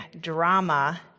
drama